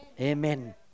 Amen